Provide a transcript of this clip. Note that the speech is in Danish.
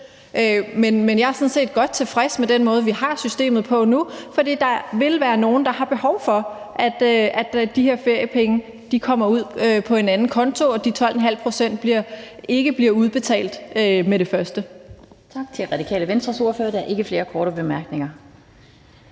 er sådan set godt tilfreds med den måde, vi har systemet på nu, fordi der vil være nogle, der har et behov for, at de her feriepenge kommer ud på en anden konto, og at de 12,5 pct. ikke bliver udbetalt med det første.